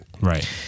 right